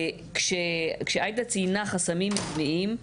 כשעאידה ציינה חסמים מבניים,